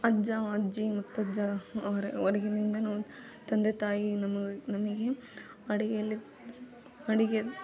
ಅಜ್ಜ ಅಜ್ಜಿ ಮುತ್ತಜ್ಜ ಅವರ ಅವಾಗಿನಿಂದಲೂ ತಂದೆ ತಾಯಿ ನಮ್ಮವ ನಮಗೆ ಅಡುಗಿಯಲ್ಲಿ ಸ್ ಅಡುಗೆದು